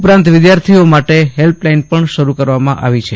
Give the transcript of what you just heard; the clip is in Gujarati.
ઉપરાંત વિદ્યાર્થી ઓ માટે હેલ્પલાઇન પણ શરૂ કરવામાં આવી છે